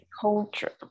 culture